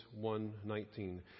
1.19